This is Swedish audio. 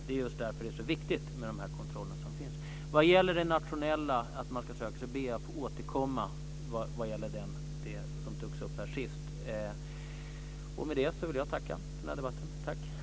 Det är därför det är så viktigt med kontrollerna. Jag ber att få återkomma om frågan om den nationella nivån. Jag tackar för den här debatten.